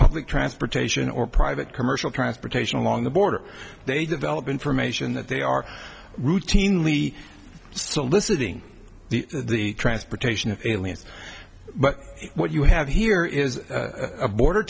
public transportation or private commercial transportation along the border they develop information that they are routinely soliciting the transportation of aliens but what you have here is a border